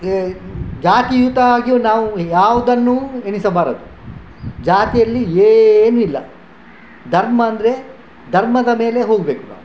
ಜಾತಿಯುತ ಆಗಿಯೂ ನಾವು ಯಾವುದನ್ನು ಎಣಿಸಬಾರದು ಜಾತಿಯಲ್ಲಿ ಏನಿಲ್ಲ ಧರ್ಮ ಅಂದರೆ ಧರ್ಮದ ಮೇಲೆ ಹೋಗಬೇಕು ನಾವು